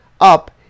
up